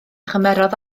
chymerodd